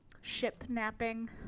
ship-napping